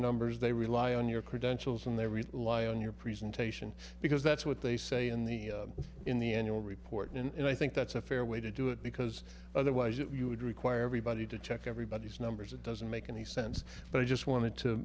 numbers they rely on your credentials and they read lie on your presentation because that's what they say in the in the end you will report and i think that's a fair way to do it because otherwise you would require everybody to check everybody's numbers it doesn't make any sense but i just wanted to